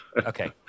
Okay